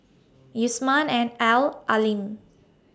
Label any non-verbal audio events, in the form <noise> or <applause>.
Yusman and Al <unintelligible>